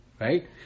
right